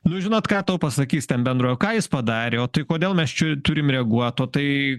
nu žinot ką tau pasakys ten bendro ką jis padarė o tai kodėl mes čia turim reaguot o tai